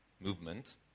movement